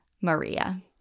Maria